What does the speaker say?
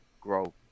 grow